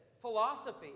philosophy